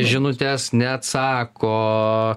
žinutes neatsako